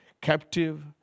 captive